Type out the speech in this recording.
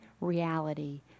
reality